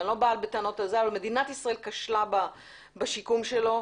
אני לא באה בטענות כשלה בשיקום שלו.